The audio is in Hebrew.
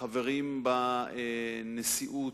חברים בנשיאות,